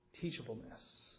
teachableness